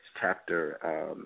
chapter